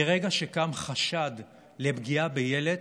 מרגע שקם חשד לפגיעה בילד,